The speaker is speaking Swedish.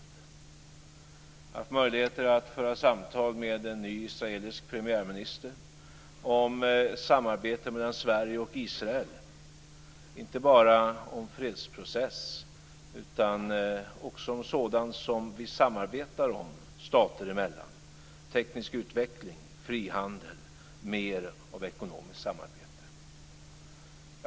Jag har haft möjlighet att föra samtal med en ny israelisk premiärminister, om samarbete mellan Sverige och Israel, inte bara om fredsprocess utan också om sådant som vi samarbetar om stater emellan, dvs. teknisk utveckling, frihandel och mer av ekonomiskt samarbete.